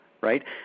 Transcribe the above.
right